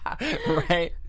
Right